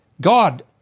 God